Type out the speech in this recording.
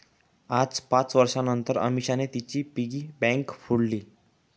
आज पाच वर्षांनतर अमीषाने तिची पिगी बँक फोडली